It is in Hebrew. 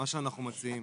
אנחנו מציעים